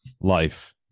life